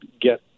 get